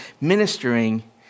ministering